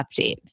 update